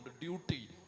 duty